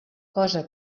cosa